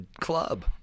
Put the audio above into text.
club